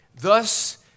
thus